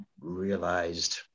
realized